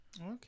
Okay